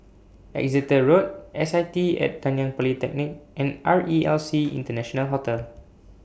Exeter Road S I T Nanyang Polytechnic and R E L C International Hotel